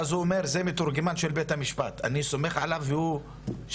ואז הוא אמר שזה מתורגמן של בית המשפט והשופט סומך עליו והוא מכריע.